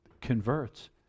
converts